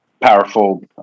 powerful